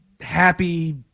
happy